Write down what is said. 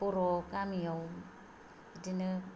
बर' गामियाव बिदिनो